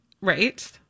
Right